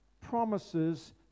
promises